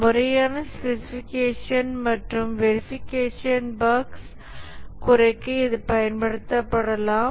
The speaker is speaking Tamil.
முறையான ஸ்பெசிஃபிகேஷன் மற்றும் வெரிஃபிகேஷன் பஃக்ஸ் குறைக்க இது பயன்படுத்தப்படலாம்